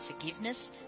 forgiveness